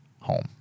home